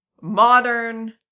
modern